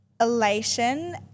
elation